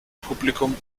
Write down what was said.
publikum